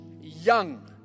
young